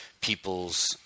people's